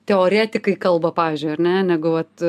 teoretikai kalba pavyzdžiui ar ne negu vat